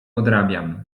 odrabiam